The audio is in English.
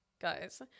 guys